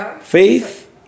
faith